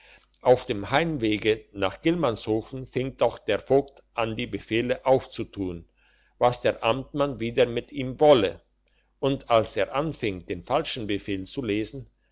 auf dem heimwege nach gillmannshofen fing doch der vogt an die befehle aufzutun was der amtmann wieder mit ihm wolle und als er anfing den falschen befehl zu lesen